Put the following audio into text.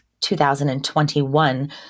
2021